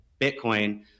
Bitcoin